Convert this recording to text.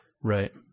Right